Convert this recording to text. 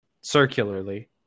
circularly